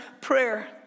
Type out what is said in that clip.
prayer